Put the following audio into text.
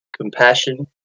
compassion